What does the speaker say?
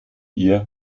ihr